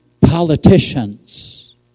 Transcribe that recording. politicians